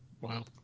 Wow